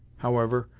however,